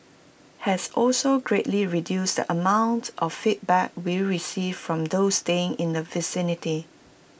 has also greatly reduced the amount of feedback we received from those staying in the vicinity